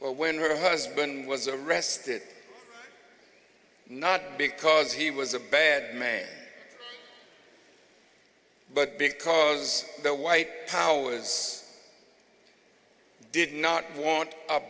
like when her husband was arrested not because he was a bad man but because the white power was did not want a